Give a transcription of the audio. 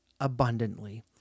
abundantly